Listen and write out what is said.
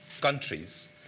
countries